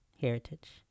heritage